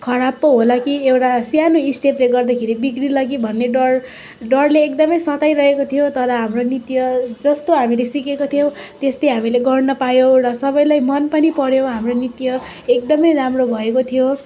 खराब पो होला कि एउटा सानो स्टेपले गर्दाखेरि ब्रिगेला कि भन्ने डर डरले एकदम सताइरहेको थियो तर हाम्रो नृत्य जस्तो हामीले सिकेको थियौँ त्यस्तै हामीले गर्न पायौँ र सबैलाई मन पनि पऱ्यो हाम्रो नृत्य एकदम राम्रो भएको थियो